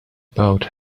about